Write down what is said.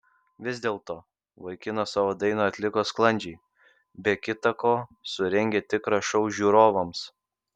vis dėlto vaikinas savo dainą atliko sklandžiai be kita ko surengė tikrą šou žiūrovams